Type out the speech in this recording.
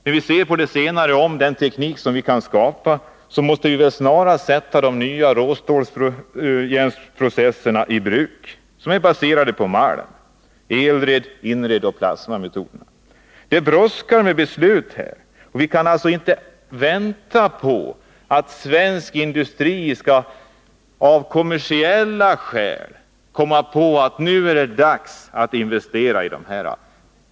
När det gäller den teknik vi kan skapa måste vi snarast sätta de nya råjärnsprocesserna, som är baserade på malm, i bruk. Det gäller Elred-, Inredoch plasmasmeltmetoderna. Det brådskar med beslut, och vi kan inte vänta på att svensk industri av kommersiella skäl skall komma på att det är dags att investera på detta område.